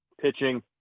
pitching